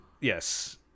yes